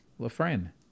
Lafren